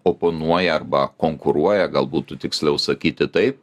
oponuoja arba konkuruoja gal būtų tiksliau sakyti taip